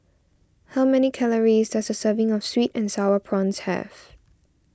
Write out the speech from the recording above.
how many calories does a serving of Sweet and Sour Prawns have